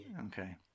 Okay